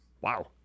Wow